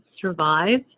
survive